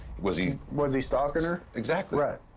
was he was he stalking her? exactly. right.